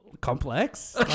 Complex